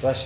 bless